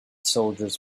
soldiers